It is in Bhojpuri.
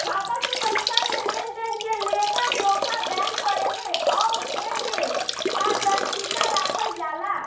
खाता से पइसा के लेनदेन के लेखा जोखा बैंक करेले अउर एमे पारदर्शिता राखल जाला